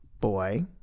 boy